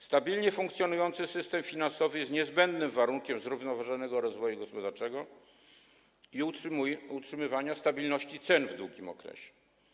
Stabilnie funkcjonujący system finansowy jest niezbędnym warunkiem zrównoważonego rozwoju gospodarczego i utrzymywania stabilności cen w długim okresie.